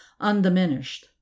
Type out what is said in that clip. undiminished